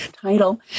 title